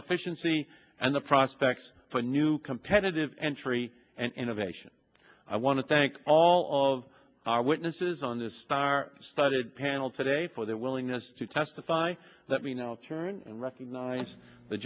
c and the prospects for a new competitive entry and innovation i want to thank all of our witnesses on the star studded panel today for their willingness to testify let me know and recognize the